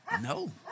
No